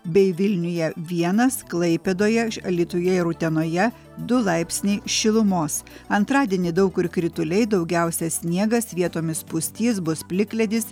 bei vilniuje vienas klaipėdoje alytuje ir utenoje du laipsniai šilumos antradienį daug kur krituliai daugiausia sniegas vietomis pustys bus plikledis